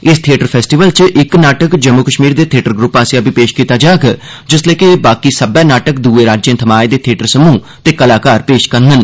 इस theatre festival च इक नाटक जम्मू कश्मीर दे थियेटर ग्रुप आस्सेआ बी पेश कीता जाग जिसलै कि बाकी सब्बै नाटक दुए राज्यें थमां आए दे थियेटर समूह ते कलाकार पेश करंडन